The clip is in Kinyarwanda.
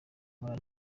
mpora